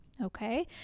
Okay